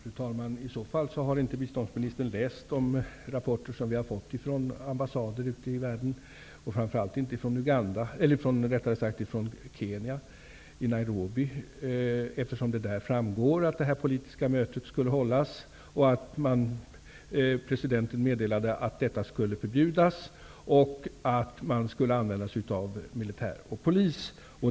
Fru talman! I så fall har inte biståndsministern läst de rapporter som vi har fått ifrån ambassader ute i världen, framför allt inte från Nairobi i Kenya, eftersom det framgår av dem att det här politiska mötet skulle hållas och att presidenten meddelade att det skulle förbjudas samt att man skulle använda sig av militär och polis.